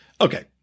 Okay